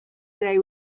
day